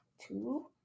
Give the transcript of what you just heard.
Two